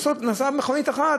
נסעה מכונית אחת.